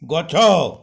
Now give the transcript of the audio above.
ଗଛ